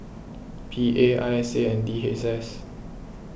P A I S A and D H S